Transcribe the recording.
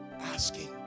asking